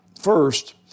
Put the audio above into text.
First